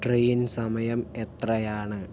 train സമയം എത്രയാണ്